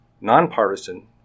nonpartisan